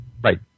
Right